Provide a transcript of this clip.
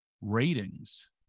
ratings